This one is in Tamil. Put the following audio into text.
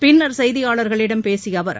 பின்னர் செய்தியாளர்களிடம் பேசிய அவர்